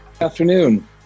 afternoon